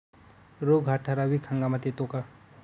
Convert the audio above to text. रोग हा काही ठराविक हंगामात येतो का?